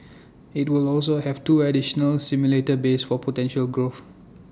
IT will also have two additional simulator bays for potential growth